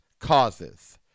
causes